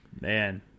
Man